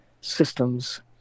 systems